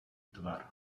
tvar